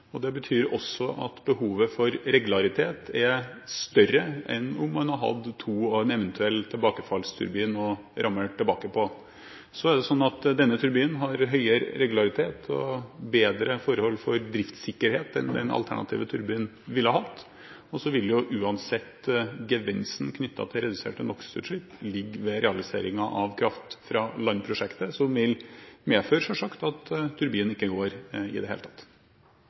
tilbake på. Denne turbinen har høyere regularitet og bedre forhold for driftssikkerhet enn den alternative turbinen ville hatt. Uansett vil gevinsten knyttet til reduserte NOx-utslipp ligge ved realiseringen av kraft fra land-prosjektet, som selvsagt vil medføre at turbinen ikke går i det hele tatt.